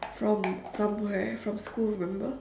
from somewhere from school remember